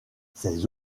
ces